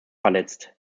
verletzt